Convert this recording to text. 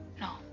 No